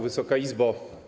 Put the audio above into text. Wysoka Izbo!